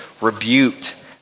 rebuked